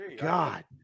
God